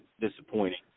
disappointing